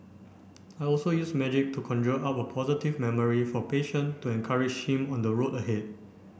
I also use music to conjure up a positive memory for a patient to encourage him on the road ahead